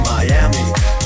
Miami